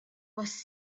was